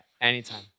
anytime